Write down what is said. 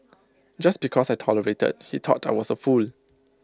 just because I tolerated he thought I was A fool